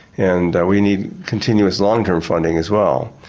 and we need continuous long-term funding as well.